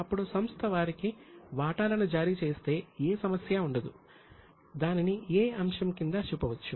ఇప్పుడు సంస్థ వారికి వాటాలను జారీ చేస్తే ఏ సమస్య ఉండదు దానిని 'a' అంశం కింద చూపవచ్చు